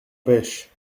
pêche